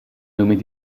nommer